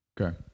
okay